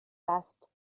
fast